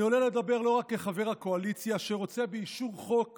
אני עולה לדבר לא רק כחבר הקואליציה שרוצה באישור חוק